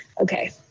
Okay